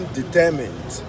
determined